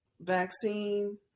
vaccine